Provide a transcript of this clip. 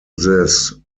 this